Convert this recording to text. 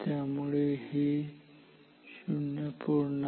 त्यामुळे हे 0